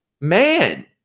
man